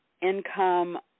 income